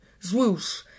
Zwoosh